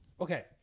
Okay